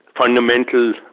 fundamental